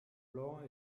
blanc